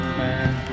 man